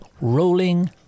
rolling